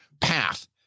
path